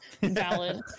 valid